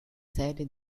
serie